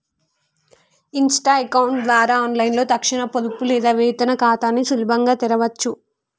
Insta account ద్వారా ఆన్లైన్లో తక్షణ పొదుపు లేదా వేతన ఖాతాని సులభంగా తెరవచ్చు